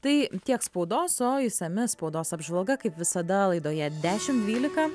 tai tiek spaudos o išsami spaudos apžvalga kaip visada laidoje dešim dvylika